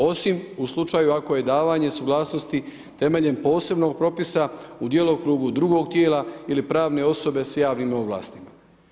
Osim u slučaju ako je davanje suglasnosti temeljem posebnog propisa u djelokrugu drugog tijela ili pravne osobe s javnim ovlastima.